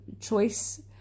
choice